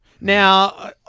Now